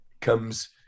comes